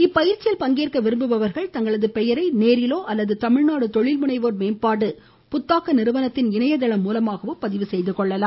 இப்பயிற்சியில் பங்கேற்க விரும்புவோர் தங்களது பெயரை நேரிலோ அல்லது தமிழ்நாடு தொழில்முனைவோர் மேம்பாடு புத்தாக்க நிறுவனத்தின் இணைதளம் மூலமாகவோ பதிவு செய்து கொள்ளலாம்